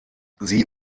sie